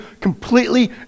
completely